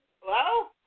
Hello